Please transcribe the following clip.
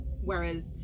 whereas